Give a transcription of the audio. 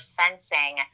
sensing